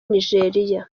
nigeria